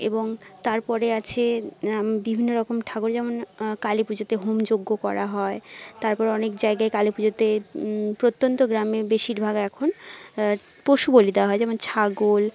এবং তারপরে আছে বিভিন্ন রকম ঠাকুর যেমন কালী পুজোতে হোমযজ্ঞ করা হয় তারপর অনেক জায়গায় কালী পুজোতে প্রত্যন্ত গ্রামে বেশিরভাগ এখন পশুবলি দেওয়া হয় যেমন ছাগল